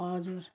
हजुर